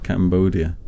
Cambodia